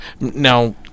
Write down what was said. now